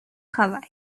travail